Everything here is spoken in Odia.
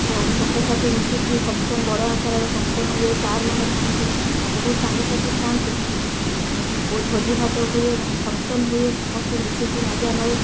ବହୁ ସାଙ୍ଗସାଥି ମିଶିକି ଫଙ୍କସନ୍ ବଡ଼ ଆକାରରେ ଫଙ୍କସନ୍ ହୁଏ ସାର୍ ମାନେ ଥାଆନ୍ତି ବହୁତ ସାଙ୍ଗସାଥି ଥାଆନ୍ତି ଭୋଜି ଭାତ ହୁଏ ଏବଂ ଫଙ୍କସନ୍ ହୁଏ ସମସ୍ତେ ମିଶିକି ମଜା ନେଉ